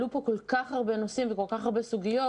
עלו פה כל כך הרבה נושאים וכל כך הרבה סוגיות